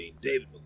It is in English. David